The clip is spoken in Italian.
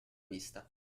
vista